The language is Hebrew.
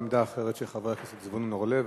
עמדה אחרת של חבר הכנסת זבולון אורלב,